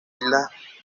islas